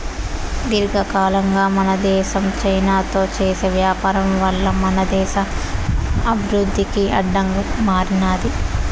దీర్ఘకాలంగా మన దేశం చైనాతో చేసే వ్యాపారం వల్ల మన దేశ అభివృద్ధికి అడ్డంగా మారినాది